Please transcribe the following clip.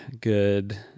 good